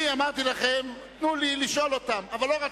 אמרתי לכם: תנו לי לשאול אותם, אבל לא רציתם.